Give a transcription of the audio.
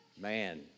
Man